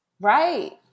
right